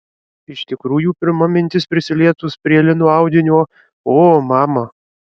iš tikrųjų pirma mintis prisilietus prie lino audinio o mama